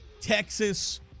Texas